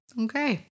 Okay